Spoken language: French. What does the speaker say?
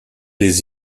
les